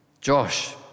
Josh